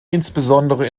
insbesondere